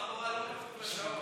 ככה אמרו לנו אתמול.